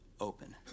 open